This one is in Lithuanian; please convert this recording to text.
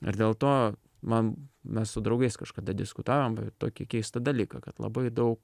ir dėl to man mes su draugais kažkada diskutavom tokį keistą dalyką kad labai daug